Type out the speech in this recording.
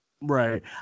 Right